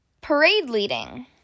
Parade-leading